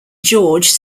george